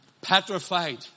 petrified